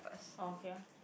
orh okay ah